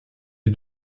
est